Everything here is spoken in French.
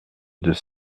deux